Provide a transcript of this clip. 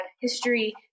history